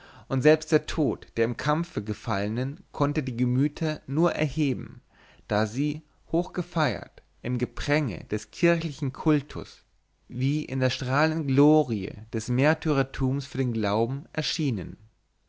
und selbst der tod der im kampfe gefallnen konnte die gemüter nur erheben da sie hochgefeiert im gepränge des kirchlichen kultus wie in der strahlenden glorie des märtyrtums für den glauben erschienen